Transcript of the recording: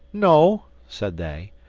no, said they,